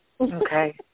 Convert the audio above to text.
Okay